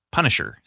Punisher